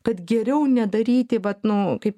kad geriau nedaryti vat nu kaip